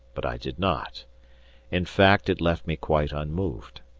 but i did not in fact it left me quite unmoved.